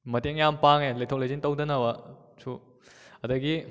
ꯃꯇꯦꯡ ꯌꯥꯝ ꯄꯥꯡꯉꯦ ꯂꯩꯊꯣꯛ ꯂꯩꯁꯤꯟ ꯇꯧꯗꯅꯕ ꯁꯨ ꯑꯗꯒꯤ